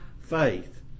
faith